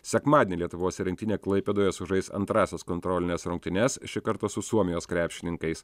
sekmadienį lietuvos rinktinė klaipėdoje sužais antrąsias kontrolines rungtynes šį kartą su suomijos krepšininkais